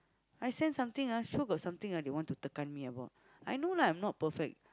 I sense something ah sure got something ah they want to tekan me about I know lah I'm not perfect